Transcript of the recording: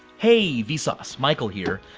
hey, vsauce. michael here.